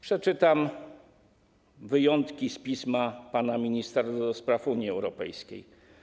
Przeczytam wyjątki z pisma pana ministra do spraw Unii Europejskiej: